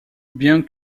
bien